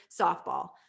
softball